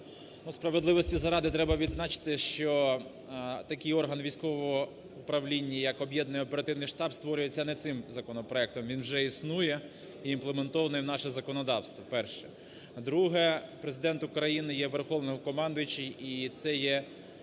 Справедливості заради треба відзначити, що такий орган військового управління як об'єднаний оперативний штаб створюється не цим законопроектом. Він вже існує і імплементований в наше законодавство. Перше. Друге. Президент України є Верховний командуючий, і це є